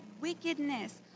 wickedness